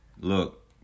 look